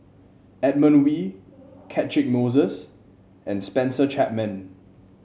Edmund Wee Catchick Moses and Spencer Chapman